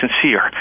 sincere